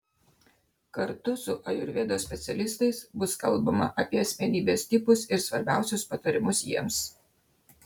kartu su ajurvedos specialistais bus kalbama apie asmenybės tipus ir svarbiausius patarimus jiems